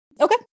Okay